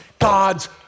God's